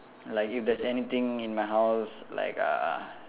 like if there's anything in my house like uh